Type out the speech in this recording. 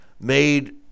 made